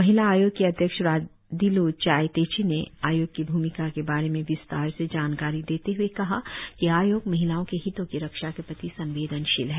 महिला आयोग की अध्यक्ष राधिल चाई तेची ने आयोग की भूमिका के बारे में विस्तार से जानकारी देते हुए कहा कि आयोग महिलाओं के हितों की रक्षा के प्रति संवेदनशील है